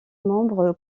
membre